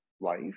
life